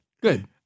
Good